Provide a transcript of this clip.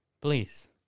Please